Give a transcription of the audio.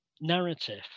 narrative